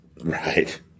Right